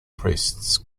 priests